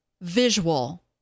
visual